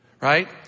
right